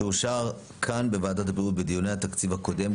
שאושר כאן בוועדת הבריאות בדיוני התקציב הקודם,